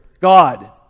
God